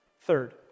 Third